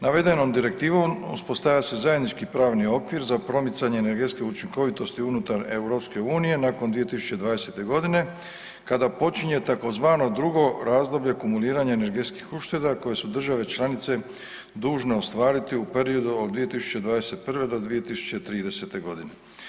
Navedenom direktivom uspostavlja se zajednički pravni okvir za promicanje energetske učinkovitosti unutar EU nakon 2020. godine kada počinje tzv. drugo razdoblje kumuliranja energetskih ušteda koje su države članice dužne ostvariti u periodu od 2021. do 2030. godine.